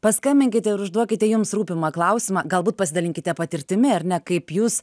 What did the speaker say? paskambinkite ir užduokite jums rūpimą klausimą galbūt pasidalinkite patirtimi ar ne kaip jūs